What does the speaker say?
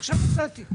עכשיו מצאתי.